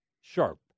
sharp